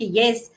yes